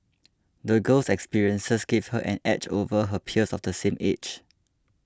the girl's experiences gave her an edge over her peers of the same age